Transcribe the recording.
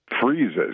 freezes